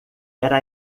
era